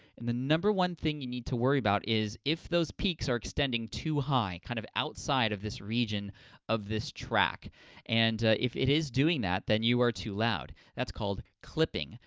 and the number one thing you need to worry about is if those peaks are extending too high, kind of outside of this region of this track and if it is doing that, then you are too loud. that's called clipping.